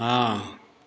हाँ